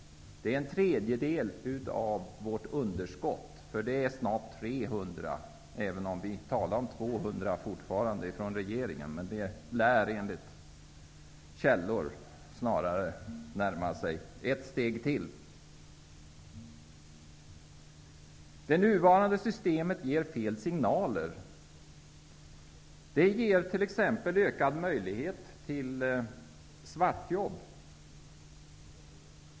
Det är en tredjedel av vårt budgetunderskott. Det ligger snart på 300 miljarder, även om regeringen fortfarande talar om 200 miljarder. Enligt källor lär det nämligen närma sig 300 miljarder. Det nuvarande systemet ger fel signaler. Det ger t.ex. ökad möjlighet till svartjobb.